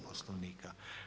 Poslovnika.